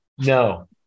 No